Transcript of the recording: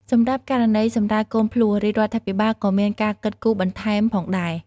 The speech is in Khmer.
សម្រាប់ករណីសម្រាលកូនភ្លោះ រាជរដ្ឋាភិបាលក៏មានការគិតគូរបន្ថែមផងដែរ។